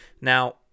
Now